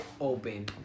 open